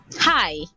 hi